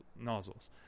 nozzles